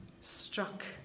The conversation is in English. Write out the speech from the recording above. struck